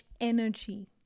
energy